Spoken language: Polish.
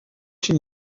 cię